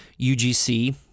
UGC